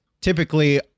typically